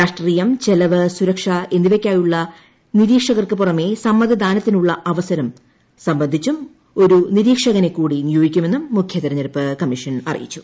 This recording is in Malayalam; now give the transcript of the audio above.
രാഷ്ട്രീയം ചെലവ് സുരക്ഷ എന്നിവയ്ക്കായുള്ള നീരീക്ഷകർക്ക് പുറമെ സമ്മതിദാനത്തിനുള്ള അവസരം സംബന്ധിച്ചും ഒരു നിരീക്ഷകനെ കൂടി നിയോഗിക്കുമെന്നും മുഖ്യതെരഞ്ഞെടുപ്പ് കമ്മീഷൻ അറിയിച്ചു